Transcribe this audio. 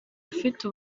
afite